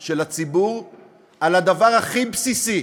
של הציבור על הדבר הכי בסיסי